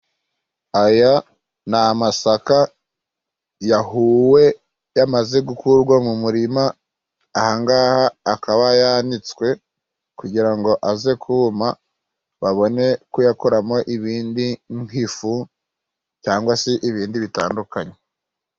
Aya ni amasaka yahuwe yamaze gukurwa mu murima, ahangaha akaba yanitswe. Kugira ngo aze kuma babone, kuyakoramo ibindi nk'ifu, cyangwa se ibindi bitandukanye.